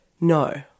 No